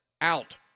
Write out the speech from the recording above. Out